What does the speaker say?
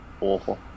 awful